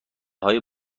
های